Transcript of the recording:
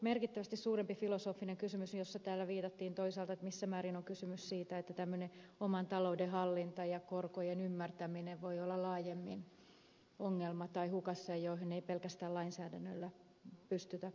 merkittävästi suurempi filosofinen kysymys on se mihin täällä viitattiin toisaalta missä määrin on kysymys siitä että tämmöinen oman talouden hallinta ja korkojen ymmärtäminen voi olla laajemmin ongelma tai hukassa ja näihin ei pelkästään lainsäädännöllä pystytä puuttumaan